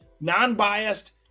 non-biased